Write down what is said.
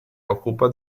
occupa